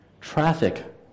traffic